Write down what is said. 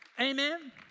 Amen